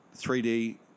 3D